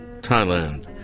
Thailand